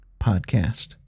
Podcast